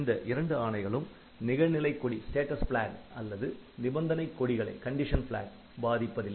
இந்த இரண்டு ஆணைகளும் நிகழ்நிலை கொடி அல்லது நிபந்தனை கொடிகளை பாதிப்பதில்லை